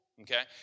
okay